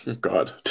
God